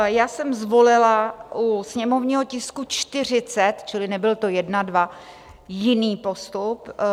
Já jsem zvolila u sněmovního tisku 40, čili nebyl to 1, 2, jiný postup.